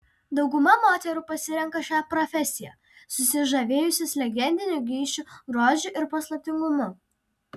dauguma moterų pasirenka šią profesiją susižavėjusios legendiniu geišų grožiu ir paslaptingumu